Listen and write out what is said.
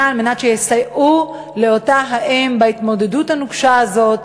שיסייעו לאותה אם בהתמודדות הנוקשה הזאת,